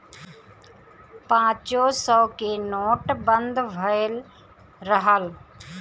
पांचो सौ के नोट बंद भएल रहल